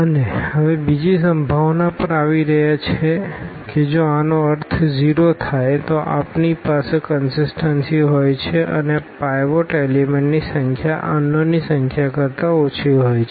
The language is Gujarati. અને હવે બીજી સંભાવના પર આવી રહ્યા છીએ કે જો આનો અર્થ 0 થાય તો આપણી પાસે કનસીસટન્સી હોય છે અને પાઈવોટ એલીમેન્ટની સંખ્યા અનનોન ની સંખ્યા કરતા ઓછી હોય છે